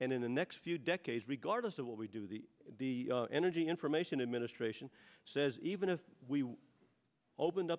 and in the next few decades regardless of what we do the the energy information administration says even if we opened up